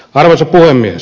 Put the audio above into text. arvoisa puhemies